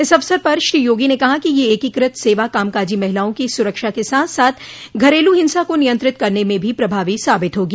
इस अवसर पर श्री योगी ने कहा कि यह एकीकृत सेवा कामकाजी महिलाओं की सुरक्षा के साथ साथ घरेलू हिंसा को नियंत्रित करने में भी प्रभावी साबित होगी